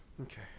Okay